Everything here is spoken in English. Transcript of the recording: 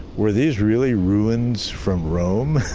where these really ruins from rome?